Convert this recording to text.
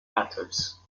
methods